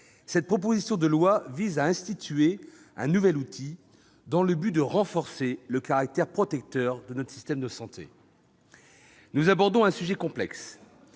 cette proposition de loi vise à instituer un nouvel outil afin de renforcer le caractère protecteur de notre système de santé. Nous abordons un sujet complexe